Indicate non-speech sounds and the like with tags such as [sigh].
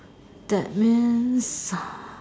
that means [breath]